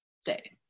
stay